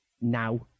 now